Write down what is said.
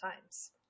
times